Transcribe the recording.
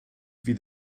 fydd